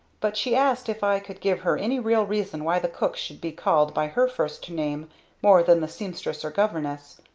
but she asked if i could give her any real reason why the cook should be called by her first name more than the seamstress or governess.